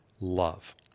love